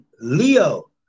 Leo